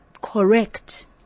correct